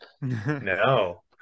no